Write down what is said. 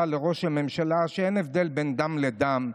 לראש הממשלה שאין הבדל בין דם לדם,